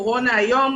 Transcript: הקורונה היום